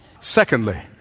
Secondly